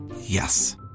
Yes